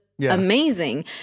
amazing